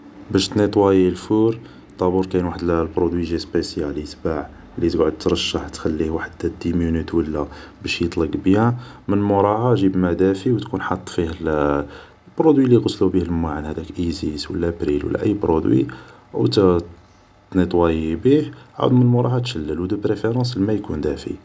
باش تنيطواي الفور دابور كاين وحد البرودوي يجي سبيسيال يتباع لي تقعد ترشه تخليه وحد دي مينوت ولا باش يطلق بيان من موراها تجيب الماء دافي وتكون حاط فيه برودوي لي يغسلو بيه الماعن هداك بريل ولا ازيس ولا اي برودوي عاود من موراها تشلل ودر بريفيرونس الماء يكون دافي